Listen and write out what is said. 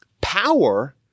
power